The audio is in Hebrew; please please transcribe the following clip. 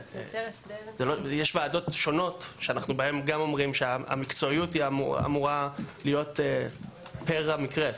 יש ועדות שונות בהן אנחנו אומרים שהמקצועיות אמורה להיות פר מקרה.